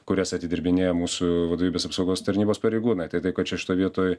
kurias atidirbinėja mūsų vadovybės apsaugos tarnybos pareigūnai tai taip kad čia šitoj vietoj